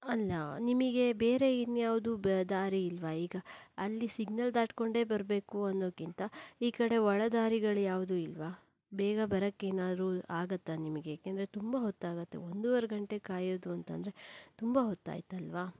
ಅಲ್ಲ ನಿಮಗೆ ಬೇರೆ ಇನ್ಯಾವುದೂ ದಾರಿ ಇಲ್ವ ಈಗ ಅಲ್ಲಿ ಸಿಗ್ನಲ್ ದಾಟ್ಕೊಂಡೇ ಬರ್ಬೇಕು ಅನ್ನೋಕ್ಕಿಂತ ಈ ಕಡೆ ಒಳ ದಾರಿಗಳ್ಯಾವುದೂ ಇಲ್ವ ಬೇಗ ಬರೋಕ್ಕೇನಾದ್ರೂ ಆಗತ್ತಾ ನಿಮಗೆ ಯಾಕಂದರೆ ತುಂಬ ಹೊತ್ತಾಗತ್ತೆ ಒಂದುವರೆ ಗಂಟೆ ಕಾಯೋದು ಅಂತಂದರೆ ತುಂಬ ಹೊತ್ತಾಯ್ತಲ್ವಾ